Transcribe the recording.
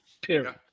Period